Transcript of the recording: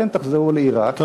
אתם תחזרו לעיראק,